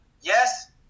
yes